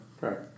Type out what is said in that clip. Right